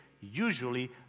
usually